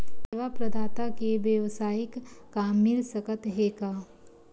सेवा प्रदाता के वेवसायिक काम मिल सकत हे का?